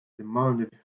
demanded